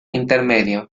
intermedio